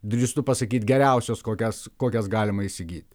drįstu pasakyt geriausios kokias kokias galima įsigyt